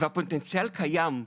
והפוטנציאל קיים.